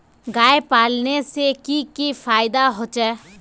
गाय पालने से की की फायदा होचे?